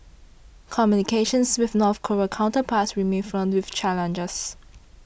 communications with North Korean counterparts remain fraught with challenges